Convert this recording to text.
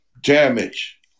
damage